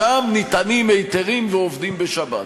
שם ניתנים היתרים ועובדים בשבת.